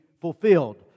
fulfilled